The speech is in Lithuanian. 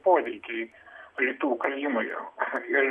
poreikiai rytų ukrainoje ir